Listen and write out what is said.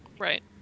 Right